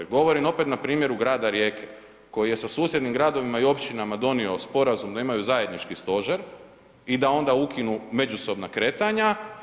Govorim opet na primjeru grada Rijeke koji je sa susjednim gradovima i općinama donio sporazum da imaju zajednički stožer i da onda ukinu međusobna kretanja.